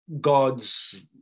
God's